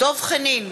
דב חנין,